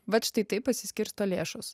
vat štai taip pasiskirsto lėšos